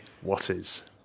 what-is